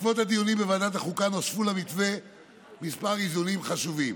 בעקבות הדיונים בוועדת החוקה נוספו למתווה כמה איזונים חשובים: